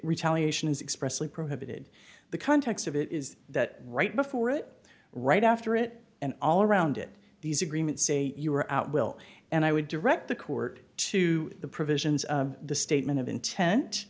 retaliation is expressly prohibited the context of it is that right before it right after it and all around it these agreements say you were out will and i would direct the court to the provisions of the statement